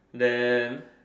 then